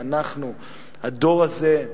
הדור הזה,